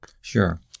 Sure